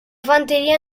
fanteria